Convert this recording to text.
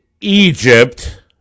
egypt